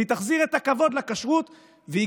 היא תחזיר את הכבוד לכשרות,